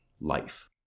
life